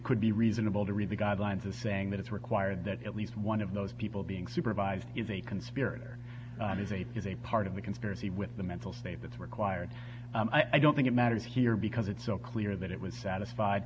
could be reasonable to read the guidelines as saying that it's required that at least one of those people being supervised is a conspirator is a fuse a part of the conspiracy with the mental state that's required i don't think it matters here because it's so clear that it was satisfied